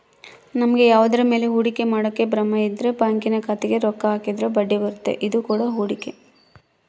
ನಮಗೆ ಯಾವುದರ ಮೇಲೆ ಹೂಡಿಕೆ ಮಾಡಕ ಭಯಯಿದ್ರ ಬ್ಯಾಂಕಿನ ಖಾತೆಗೆ ರೊಕ್ಕ ಹಾಕಿದ್ರ ಬಡ್ಡಿಬರ್ತತೆ, ಇದು ಕೂಡ ಹೂಡಿಕೆ